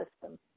system